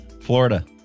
Florida